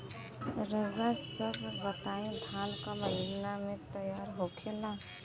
रउआ सभ बताई धान क महीना में तैयार होखेला?